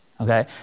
okay